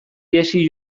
ihesi